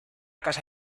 casa